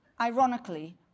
ironically